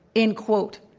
end quote.